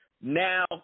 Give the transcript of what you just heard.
Now